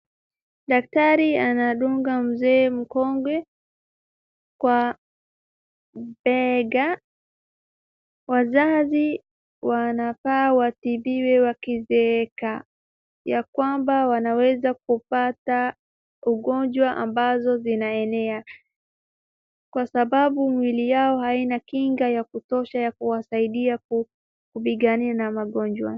Daktari anadunga mzee mkongwe kwa bega, wazazi wanafaa watibiwe wakizeeka, ya kwamba wanaweza kupata ugonjwa ambazo zinaenea. Kwa sasabu miili yao haina kinga ya kutosha ya kuwasaidia kupigana na magonjwa.